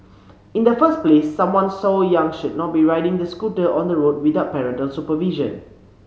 in the first place someone so young should not be riding the scooter on the road without parental supervision